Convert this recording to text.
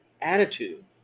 attitude